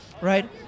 Right